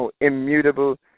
immutable